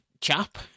chap